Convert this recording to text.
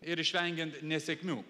ir išvengiant nesėkmių